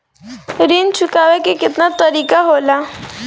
ऋण चुकाने के केतना तरीका होला?